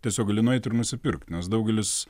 tiesiog gali nueit ir nusipirkt nes daugelis